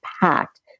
packed